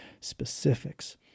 specifics